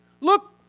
Look